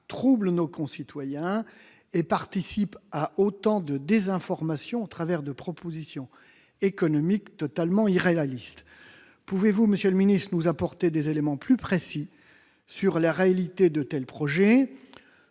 troublent nos concitoyens et participent à autant de désinformation, au travers de propositions économiques totalement irréalistes. Pouvez-vous, monsieur le secrétaire d'État, nous apporter des éléments plus précis sur la réalité de tels projets,